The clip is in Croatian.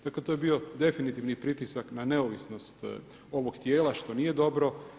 Dakle, to je bio definitivni pritisak na neovisnost ovog tijela, što nije dobro.